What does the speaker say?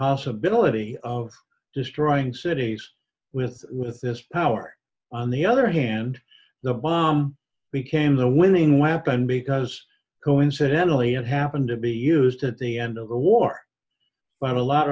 possibility of destroying cities with with this power on the other hand the bomb became the winning weapon because coincidentally it happened to be used at the end of the war but a lot